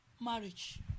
marriage